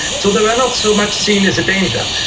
so they were not so much seen as a danger.